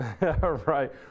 Right